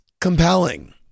compelling